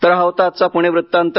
तर हा होता आजचा पुणे वृत्तांत